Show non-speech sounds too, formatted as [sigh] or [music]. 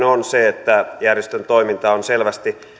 [unintelligible] on se että järjestön toiminta on selvästi